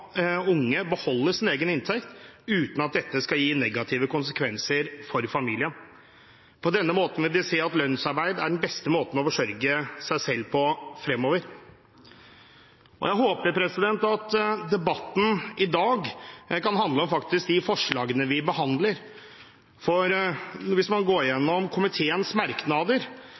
unge beholde sin egen inntekt, uten at dette skal gi negative konsekvenser for familien. På denne måten vil de se at lønnsarbeid er den beste måten å forsørge seg selv på fremover. Jeg håper at debatten i dag kan handle om de faktiske forslagene vi behandler, for hvis man går